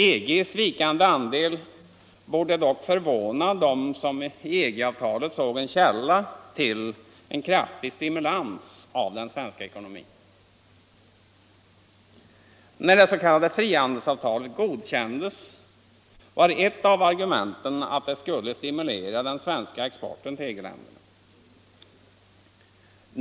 EG:s vikande andel borde dock förvåna dem som i EG-avtalet såg en källa till kraftig stimulans av den svenska ekonomin. När det s.k. frihandelsavtalet godkändes var ett av argumenten att det skulle stimulera den svenska exporten till EG-länderna.